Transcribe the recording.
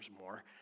more